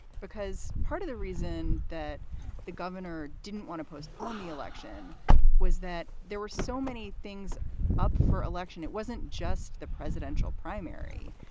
because part of the reason that the governor didn't want to postpone the election was that there were so many things up for election. it wasn't just the presidential primary.